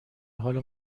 حال